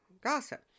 gossip